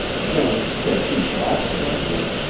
then said he blasphemously,